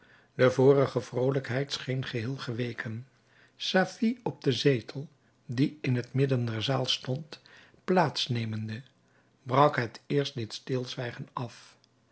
de vorige vrolijkheid scheen geheel geweken safie op den zetel die in het midden der zaal stond plaats nemende brak het eerst dit stilzwijgen af